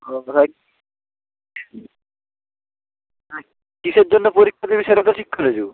কত তারিখ কীসের জন্য পরীক্ষা দিবি সেটা তো ঠিক করেছিস